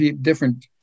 different